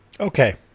Okay